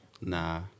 Nah